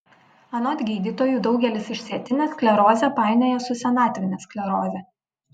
anot gydytojų daugelis išsėtinę sklerozę painioja su senatvine skleroze